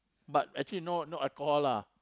but actually no no alcohol lah